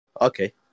okay